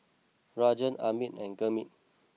Rajan Amit and Gurmeet